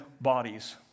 bodies